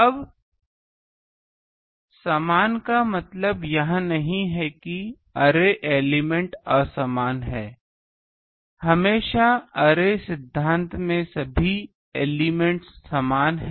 अब असमान का मतलब यह नहीं है कि अरे एलिमेंट् असमान हैं हमेशा अरे सिद्धांत में सभी एलिमेंट् समान हैं